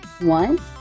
One